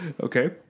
Okay